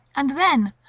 and then,